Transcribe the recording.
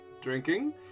drinking